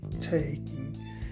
taking